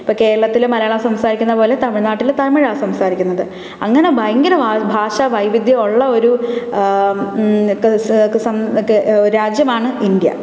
ഇപ്പം കേരളത്തിൽ മലയാളം സംസാരിക്കുന്നതുപോലെ തമിഴ്നാട്ടിൽ തമിഴാണ് സംസാരിക്കുന്നത് അങ്ങനെ ഭയങ്കര ഭാഷ വൈവിധ്യം ഒള്ള ഒരു രാജ്യമാണ് ഇന്ത്യ